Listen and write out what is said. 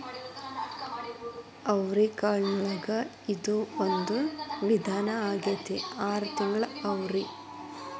ಅವ್ರಿಕಾಳಿನೊಳಗ ಇದು ಒಂದ ವಿಧಾ ಆಗೆತ್ತಿ ಆರ ತಿಂಗಳ ಅವ್ರಿ